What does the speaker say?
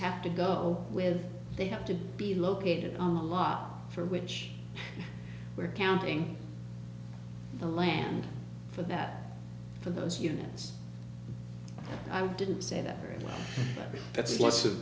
have to go with they have to be located on the lot for which we're counting the land for that for those units i didn't say that very well that's